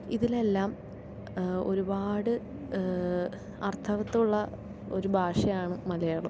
ഇതിലെല്ലാം ഒരുപാട് അർത്ഥവത്തമുള്ള ഒരു ഭാഷയാണ് മലയാളം